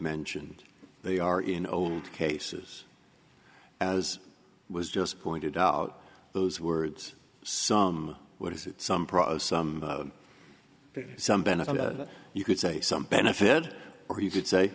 mentioned they are in over cases as was just pointed out those words some what is it some prose some some benefit you could say some benefit or you could say